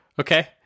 Okay